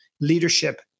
leadership